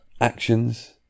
actions